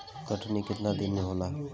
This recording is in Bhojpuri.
कटनी केतना दिन में होला?